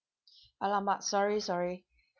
!alamak! sorry sorry